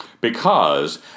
Because